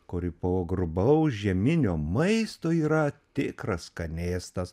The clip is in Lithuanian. kuri po grubaus žieminio maisto yra tikras skanėstas